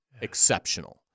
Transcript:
exceptional